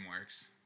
works